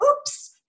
oops